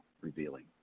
revealing